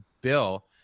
bill